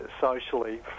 socially